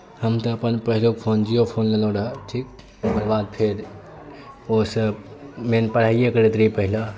हम तऽ अपन पहिलुक फोन जिओ फोन लेलहुँ रहए ठीक ओकर बाद फेर ओहिसँ मेन पढ़ाइए करैत रही पहिले